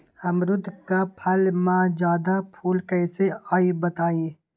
अमरुद क फल म जादा फूल कईसे आई बताई?